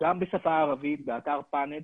גם בשפה הערבית, באתר פאנט,